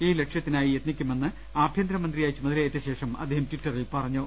ഈ ലക്ഷ്യത്തിനായി യത്നിക്കുമെന്ന് ആഭ്യന്തരമന്ത്രിയായി ചുമതലയേറ്റ ശേഷം അദ്ദേഹം ട്വിറ്ററി ൽ അറിയിച്ചു